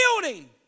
building